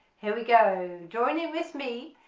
here we go join in with me,